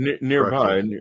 nearby